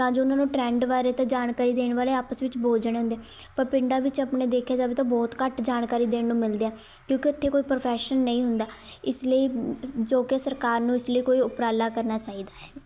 ਤਾਂ ਜੋ ਉਹਨਾਂ ਨੂੰ ਟਰੈਂਡ ਬਾਰੇ ਤਾਂ ਜਾਣਕਾਰੀ ਦੇਣ ਵਾਲੇ ਆਪਸ ਵਿੱਚ ਬਹੁ ਜਣੇ ਹੁੰਦੇ ਪਰ ਪਿੰਡਾਂ ਵਿੱਚ ਆਪਣੇ ਦੇਖਿਆ ਜਾਵੇ ਤਾਂ ਬਹੁਤ ਘੱਟ ਜਾਣਕਾਰੀ ਦੇਣ ਨੂੰ ਮਿਲਦੇ ਆ ਕਿਉਂਕਿ ਉੱਥੇ ਕੋਈ ਪ੍ਰੋਫੈਸ਼ਨ ਨਹੀਂ ਹੁੰਦਾ ਇਸ ਲਈ ਜੋ ਕਿ ਸਰਕਾਰ ਨੂੰ ਇਸ ਲਈ ਕੋਈ ਉਪਰਾਲਾ ਕਰਨਾ ਚਾਹੀਦਾ ਹੈ